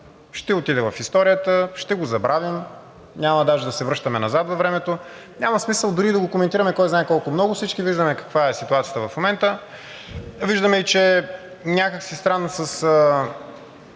ще отиде в историята, ще го забравим, няма даже да се връщаме назад във времето. Няма смисъл дори да го коментираме кой знае колко много – всички виждаме каква е ситуацията в момента. Виждаме, че някак си странно с